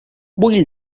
vull